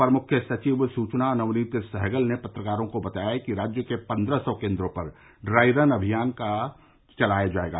अपर मुख्य सचिव सूचना नवनीत सहगल ने पत्रकारों को बताया कि राज्य के पन्द्रह सौ केन्द्रों पर ड्राई रन का अमियान चलाया जायेगा